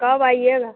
कब आइएगा